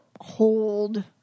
hold